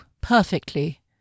perfectly